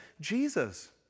Jesus